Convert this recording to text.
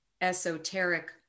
esoteric